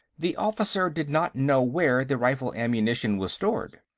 the officer did not know where the rifle ammunition was stored.